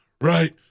right